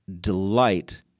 delight